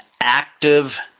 active